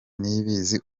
niyibizi